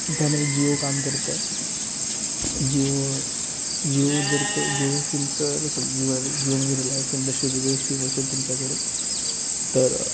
त्यामध्ये जिओ काम करतं जिओ जिओ जर को जिओ सिम जर असेल जिओ म्हणजे रिलायन्स इंडश्ट्रीचं जर सिम असेल तुमच्याकडे तर